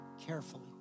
carefully